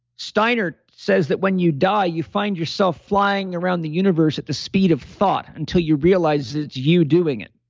steiner says that, when you die, you find yourself flying around the universe at the speed of thought until you realize it's you doing it?